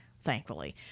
thankfully